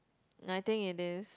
nineteen it is